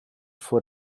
vor